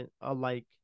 alike